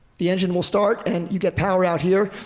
the engine will start and you get power out here.